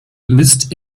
misst